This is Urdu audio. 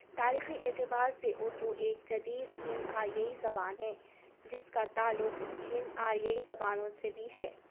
تاریخی اعتبار سے اُردو ایک جدید ہند آریائی زبان ہے جس کا تعلق ہند آریائی زبانوں سے بھی ہے